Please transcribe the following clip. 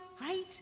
right